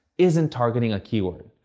isn't targeting a keyword.